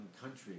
country